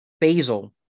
Basil